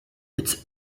its